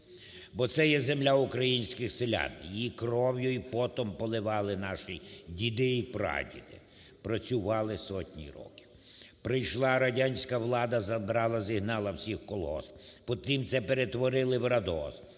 бо це є земля українських селян, її кров'ю і потом поливали наші діди і прадіди, працювали сотні років. Прийшла радянська влада, забрала, зігнала всіх в колгосп, потім це перетворили в радгосп,